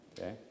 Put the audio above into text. Okay